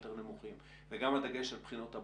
היותר נמוכים וגם הדגש על בחינות הבגרות,